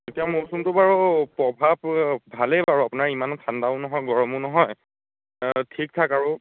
এতিয়া মৌচুমটো বাৰু প্ৰভাৱ ভালেই বাৰু আপোনাৰ ইমানো ঠাণ্ডাও নহয় গৰমো নহয় ঠিক ঠাক আৰু